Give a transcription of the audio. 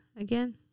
again